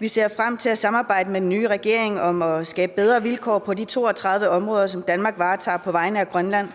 Vi ser frem til at samarbejde med den nye regering om at skabe bedre vilkår på de 32 områder, som Danmark varetager på vegne af Grønland.